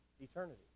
Eternity